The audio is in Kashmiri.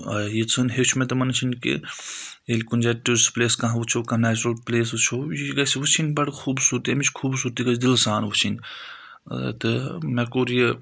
یَٲژ ہن ہیٚچھ مےٚ تِمَن نِش کہِ ییٚلہِ کُنہِ جایہِ ٹوٗسِٹہٕ پٕلَیس کانٛہہ وٕچِھو کانٛہہ نَیچرَل پٕلَیس وٕچھِو یہِ گژھِ وٕچھِنۍ بَڑٕ خوٗبصوٗرتی اَمِچ خوٗبصوٗرتی گژھِ دِل سان وٕچھِنۍ تہٕ مےٚ کوٚر یہِ